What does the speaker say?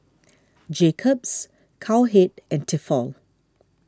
Jacob's Cowhead and Tefal